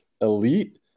elite